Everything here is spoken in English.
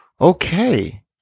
Okay